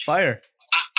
Fire